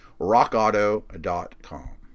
rockauto.com